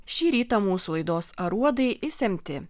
šį rytą mūsų laidos aruodai išsemti